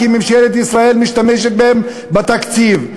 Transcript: כי ממשלת ישראל משתמשת בהם בתקציב.